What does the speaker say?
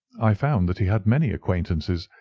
i found that he had many acquaintances,